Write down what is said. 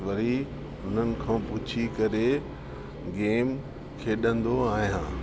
वरी हुननि खां पुछी करे गेम खेॾंदो आहियां